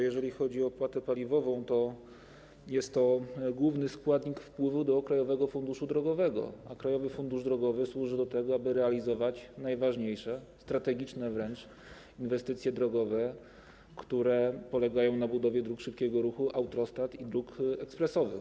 Jeżeli chodzi o opłatę paliwową, to jest to główny składnik wpływów do Krajowego Funduszu Drogowego, a Krajowy Fundusz Drogowy służy do tego, aby realizować najważniejsze, strategiczne wręcz inwestycje drogowe, które polegają na budowie dróg szybkiego ruchu, autostrad i dróg ekspresowych.